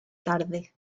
tarde